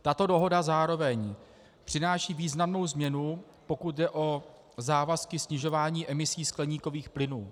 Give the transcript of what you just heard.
Tato dohoda zároveň přináší významnou změnu, pokud jde o závazky snižování emisí skleníkových plynů.